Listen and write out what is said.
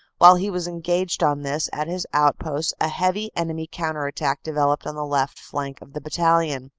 vhile he was engaged on this at his outposts a heavy enemy counter-attack developed on the left flank of the bat talion.